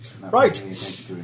Right